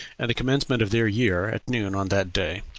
and the commencement of their year, at noon on that day.